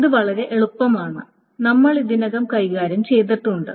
അത് വളരെ എളുപ്പമാണ് നമ്മൾ ഇതിനകം കൈകാര്യം ചെയ്തിട്ടുണ്ട്